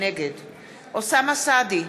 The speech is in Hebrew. נגד אוסאמה סעדי,